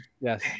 Yes